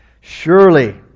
Surely